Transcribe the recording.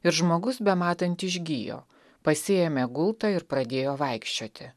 ir žmogus bematant išgijo pasiėmė gultą ir pradėjo vaikščioti